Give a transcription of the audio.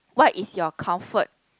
what is your comfort